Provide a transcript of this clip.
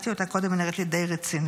קראתי אותה קודם, היא נראית לי די רצינית.